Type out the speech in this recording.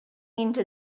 into